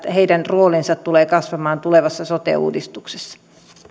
heidän roolinsa tulee kasvamaan tulevassa sote uudistuksessa